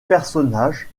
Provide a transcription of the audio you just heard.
personnage